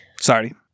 Sorry